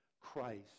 Christ